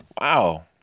wow